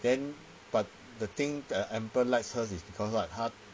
then but the thing the emperor likes hers is because what 他